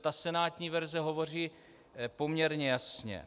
Ta senátní verze hovoří poměrně jasně.